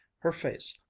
her face,